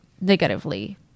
negatively